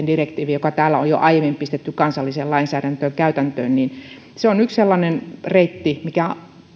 direktiivi joka täällä on jo aiemmin pistetty kansalliseen lainsäädäntöön ja käytäntöön on yksi sellainen reitti mikä